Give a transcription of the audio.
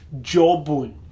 jawbone